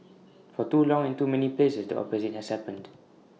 for too long and too many places the opposite has happened